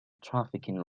trafficking